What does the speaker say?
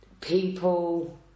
people